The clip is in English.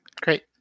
Great